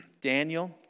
Daniel